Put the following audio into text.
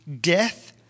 death